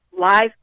live